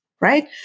right